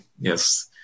yes